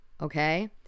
okay